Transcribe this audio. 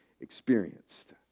experienced